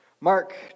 Mark